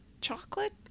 chocolate